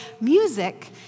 Music